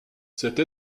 cette